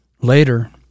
Later